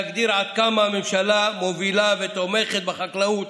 להגדיר עד כמה הממשלה מובילה ותומכת בחקלאות,